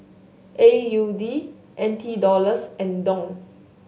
A U D N T Dollars and Dong